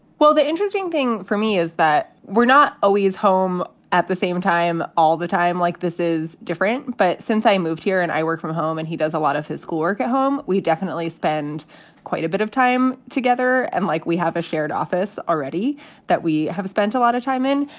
well, the interesting thing for me is that we're not always home at the same time all the time like this is different. but since i moved here and i work from home and he does a lot of his schoolwork at home, we definitely spend quite a bit of time together. and like we have a shared office already that we have spent a lot of time in.